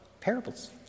Parables